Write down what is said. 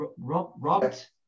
Robert